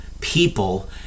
people